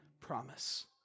promise